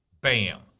Bam